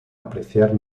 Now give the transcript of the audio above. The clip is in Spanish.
apreciar